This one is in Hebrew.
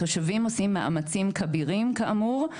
התושבים עושים מאמצים כבירים, כאמור,